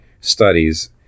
studies